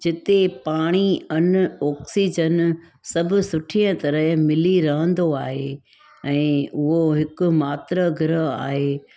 जिते पाणी अन्न ऑक्सीजन सभु सुठी तरह मिली रहंदो आहे ऐं उहो हिकु मात्र ग्रह आहे